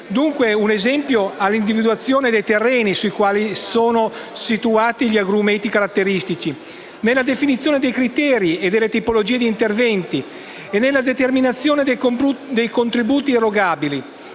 parole. Ad esempio, nell'individuazione dei territori nei quali sono situati gli agrumeti caratteristici, nella definizione dei criteri e delle tipologie di interventi e nella determinazione dei contributi erogabili,